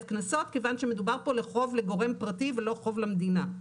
קנסות כיוון שמדובר פה בחוב לגורם פרטי ולא חוב למדינה.